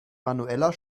manueller